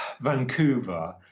Vancouver